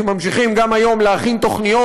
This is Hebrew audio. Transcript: שממשיכים גם היום להכין תוכניות,